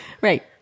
Right